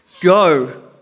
Go